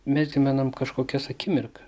mes gi menam kažkokias akimirkas